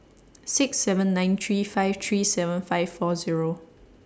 six seven nine three five three seven five four Zero